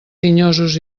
tinyosos